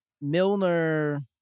milner